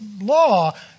law